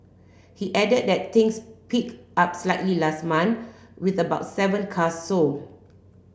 he added that things picked up slightly last month with about seven cars sold